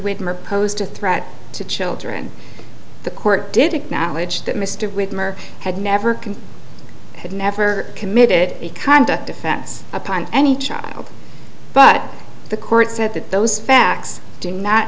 widmer posed a threat to children the court did acknowledge that mr whitmer had never can have never committed a conduct effects upon any child but the court said that those facts do not